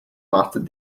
mastered